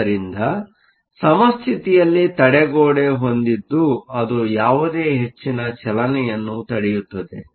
ಆದ್ದರಿಂದ ಸಮಸ್ಥಿತಿಯಲ್ಲಿ ತಡೆಗೋಡೆ ಹೊಂದಿದ್ದು ಅದು ಯಾವುದೇ ಹೆಚ್ಚಿನ ಚಲನೆಯನ್ನು ತಡೆಯುತ್ತದೆ